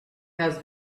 has